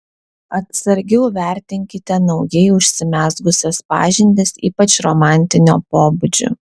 atsargiau vertinkite naujai užsimezgusias pažintis ypač romantinio pobūdžio